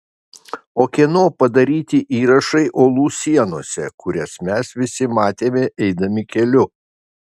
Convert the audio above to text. o kieno padaryti įrašai uolų sienose kurias mes visi matėme eidami keliu